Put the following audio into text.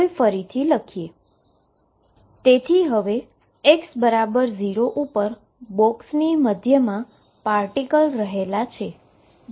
તેથી હવે x0 ઉપર બોક્સની મધ્યમાં પાર્ટીકલ રહેલા છે